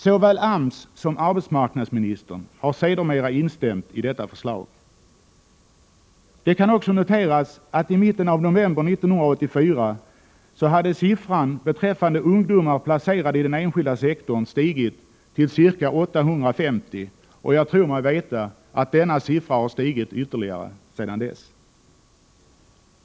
Såväl AMS som arbetsmarknadsministern har sedermera instämt i detta förslag. Det kan också noteras att i mitten av november 1984 hade antalet ungdomar placerade i den enskilda sektorn stigit tillca 850, och jag tror mig veta att detta antal har stigit ytterligare sedan dess.